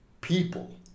people